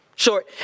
Short